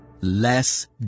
Less